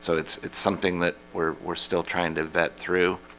so it's it's something that we're still trying to vet through